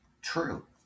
true